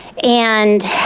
and